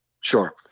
Sure